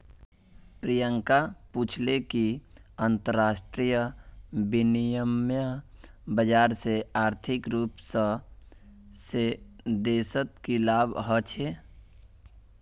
प्रियंका पूछले कि अंतरराष्ट्रीय विनिमय बाजार से आर्थिक रूप से देशक की लाभ ह छे